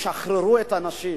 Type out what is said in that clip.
תשחררו את הנשים.